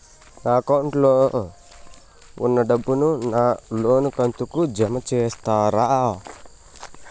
నా అకౌంట్ లో ఉన్న డబ్బును నా లోను కంతు కు జామ చేస్తారా?